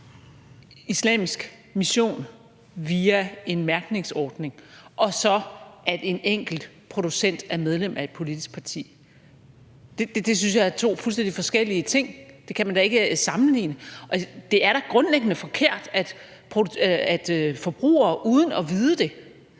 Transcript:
islamisk mission via en mærkningsordning, og så det, at en enkelt producent er medlem af et politisk parti. Det synes jeg er to fuldstændig forskellige ting, og det kan man da ikke sammenligne, og det er da grundlæggende forkert, at forbrugere uden at vide det